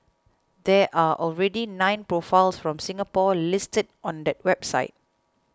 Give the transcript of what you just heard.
there are already nine profiles from Singapore listed on that website